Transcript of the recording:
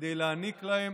כדי להעניק להם